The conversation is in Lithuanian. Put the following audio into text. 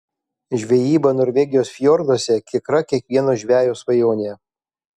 žvejyba norvegijos fjorduose tikra kiekvieno žvejo svajonė